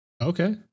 Okay